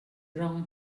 ron